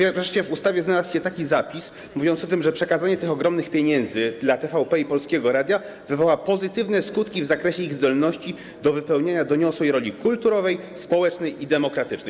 I wreszcie w ustawie znalazł się zapis mówiący o tym, że przekazanie tych ogromnych pieniędzy TVP i Polskiemu Radiu wywoła pozytywne skutki w zakresie ich zdolności do wypełniania doniosłej roli kulturowej, społecznej i demokratycznej.